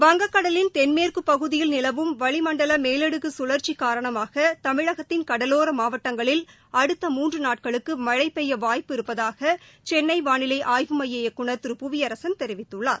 வங்கக்கடலின் தென்மேற்குப் பகுதியில் நிலவும் வளிமண்டல மேலடுக்கு கழ்ற்சி காரணமாக தமிழகத்தின் கடலோர மாவட்டங்களில் அடுத்த மூன்று நாட்களுக்கு மழை பெய்ய வாய்ப்பு இருப்பதாக சென்னை வானிலை ஆய்வு மைய இயக்குநர் திரு புவியரசன் தெரிவித்துள்ளார்